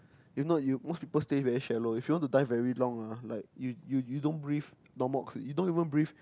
you know you most people stay very shallow if you want to dive very long ah like you you you don't breathe normal oxygen you don't even breathe